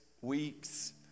weeks